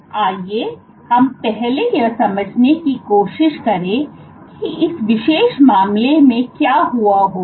तो आइए हम पहले यह समझने की कोशिश करें कि इस विशेष मामले में क्या हुआ होगा